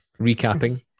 recapping